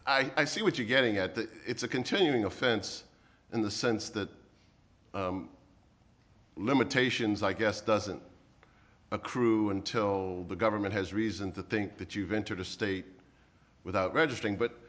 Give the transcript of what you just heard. i see what you're getting at the it's a continuing offense in the sense that limitations i guess doesn't accrue until the government has reason to think that you've entered a state without registering but